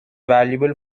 valuable